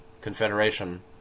confederation